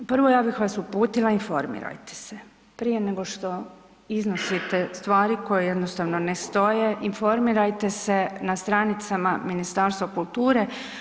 Prvo, ja bih vas uputila informirajte se prije nego što iznosite stvari koje jednostavno ne stoje, informirajte se na stranicama Ministarstva kulture.